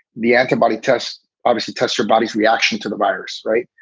the antibody test obviously tests your body's reaction to the virus. right.